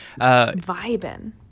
vibing